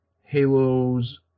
Halos